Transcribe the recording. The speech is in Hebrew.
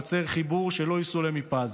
יוצר חיבור שלא יסולא מפז.